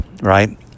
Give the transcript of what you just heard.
Right